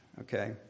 Okay